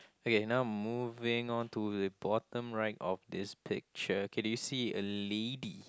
okay now moving on to the bottom right of this picture can you see a lady